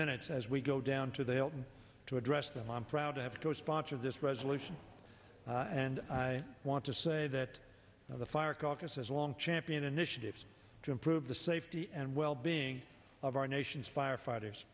minutes as we go down to the hilton to address them i'm proud to have co sponsored this resolution and i want to say that the fire caucus as long champion initiatives to improve the safety and well being of our nation's firefighters